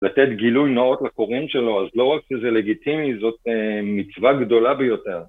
לתת גילוי נאות לקוראים שלו, אז לא רק שזה לגיטימי, זאת מצווה גדולה ביותר.